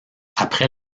après